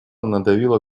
надавила